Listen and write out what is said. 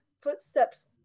footsteps